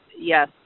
yes